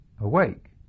awake